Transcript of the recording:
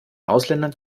ausländern